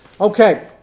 Okay